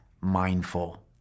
mindful